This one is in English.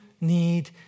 need